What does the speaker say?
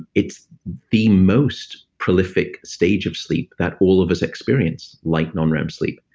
it's the most prolific stage of sleep that all of us experience, light non-rem sleep.